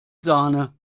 sahne